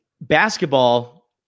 basketball